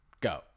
go